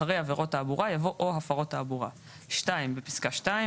אחרי "עבירות תעבורה" יבוא "או הפרות תעבורה"; (2)בפסקה (2),